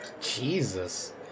Jesus